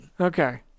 okay